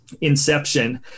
Inception